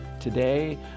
today